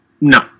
No